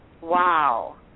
wow